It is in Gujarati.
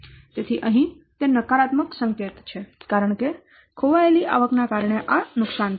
તેથી અહીં તે નકારાત્મક સંકેત છે કારણ કે ખોવાયેલી આવકને કારણે આ નુકસાન થાય છે